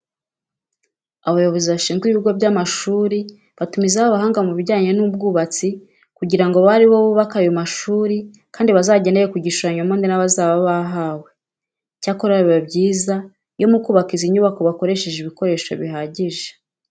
Abayobozi bashinzwe ibigo by'amashuri batumizaho abahanga mu bijyanye n'ubwubatsi kugira ngo babe ari bo bubaka ayo mashuri kandi bazagendere ku gishushanyo mbonera bazaba bahawe. Icyakora biba byiza iyo mu kubaka izi nyubako bakoresheje ibikoresho bihagije.